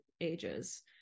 ages